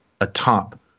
atop